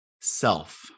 self